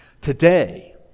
today